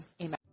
Amen